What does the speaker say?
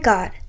God